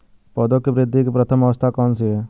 पौधों की वृद्धि की प्रथम अवस्था कौन सी है?